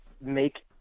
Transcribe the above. make